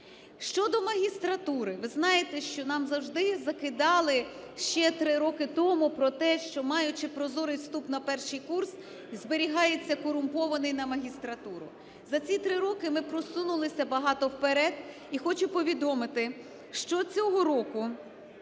Щодо магістратури. Ви знаєте, що нам завжди закидали, ще три роки тому, про те, що, маючи прозорий вступ на перший курс, зберігається корумпований – на магістратуру. За ці три роки ми просунулися багато вперед, і хочу повідомити, що цього року